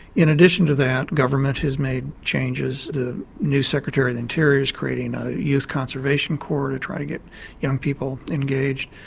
in addition to that, government has made changes, the new secretary of the interior is creating a youth conservation corps to try to get young people engaged.